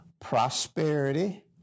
prosperity